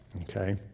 Okay